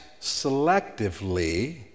selectively